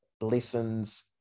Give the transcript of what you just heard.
lessons